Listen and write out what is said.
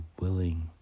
willing